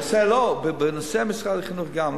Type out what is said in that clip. לא, בנושא משרד החינוך גם.